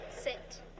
sit